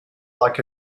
like